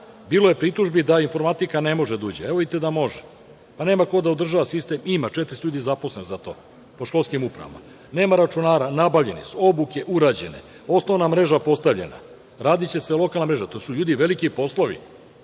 Bilo je pritužbi da informatika ne može da uđe. Evo, vidite da može. Nema ko da održava sistem? Ima, 400 ljudi je zaposleno za to po školskim upravama. Nema računara? Nabavljeni su. Obuke su urađene. Osnovna mreža je postavljena. Radiće se i lokalna mreža. To su, ljudi, veliki poslovi.